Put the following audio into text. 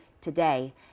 today